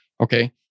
Okay